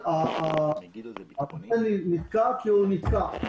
הפרויקט נתקע כי הוא נתקע,